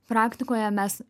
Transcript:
praktikoje mes